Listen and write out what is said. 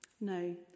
no